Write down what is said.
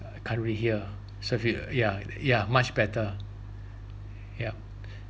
I can't really hear so if you yeah yeah much better yup